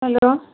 hello